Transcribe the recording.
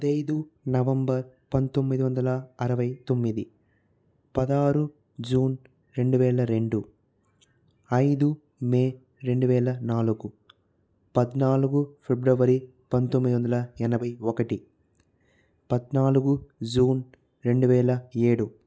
పదహైదు నవంబర్ పంతొమ్మిది వందల అరవై తొమ్మిది పదహారు జూన్ రెండు వేల రెండు ఐదు మే రెండు వేల నాలుగు పద్నాలుగు ఫిబ్రవరి పంతొమ్మిది వందల ఎనభై ఒకటి పద్నాలుగు జూన్ రెండు వేల ఏడు